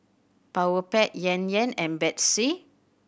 Powerpac Yan Yan and Betsy